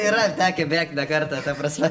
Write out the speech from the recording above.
yra tekę bėgt ne kartą ta prasme